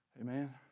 Amen